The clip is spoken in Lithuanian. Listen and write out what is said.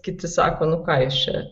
kiti sako nu ką jūs čia